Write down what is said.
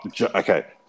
okay